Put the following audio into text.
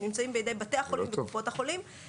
הם נמצאים בידי בתי החולים וקופות החולים.